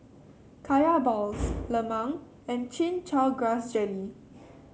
Kaya Balls lemang and Chin Chow Grass Jelly